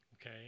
okay